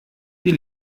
die